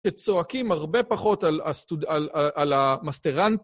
שצועקים הרבה פחות על המסטרנט.